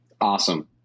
awesome